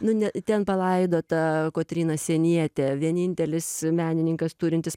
nu ne ten palaidota kotryna sienietė vienintelis menininkas turintis